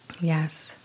Yes